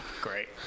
Great